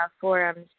forums